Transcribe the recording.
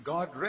God